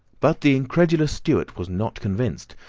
but the incredulous stuart was not convinced,